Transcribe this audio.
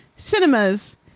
cinemas